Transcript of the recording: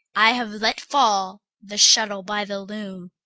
i have let fall the shuttle by the loom,